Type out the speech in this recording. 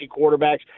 quarterbacks